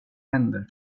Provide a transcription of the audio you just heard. händer